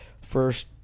first